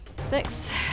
Six